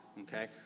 okay